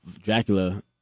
Dracula